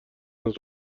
است